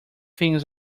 things